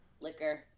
liquor